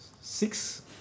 six